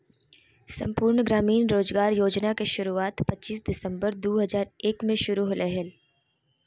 संपूर्ण ग्रामीण रोजगार योजना के शुरुआत पच्चीस सितंबर दु हज़ार एक मे शुरू होलय हल